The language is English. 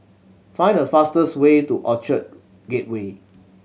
find the fastest way to Orchard Gateway